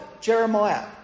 Jeremiah